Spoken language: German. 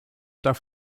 darf